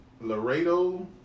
Laredo